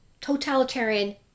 totalitarian